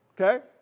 Okay